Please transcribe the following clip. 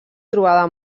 trobada